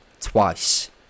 twice